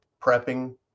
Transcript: Prepping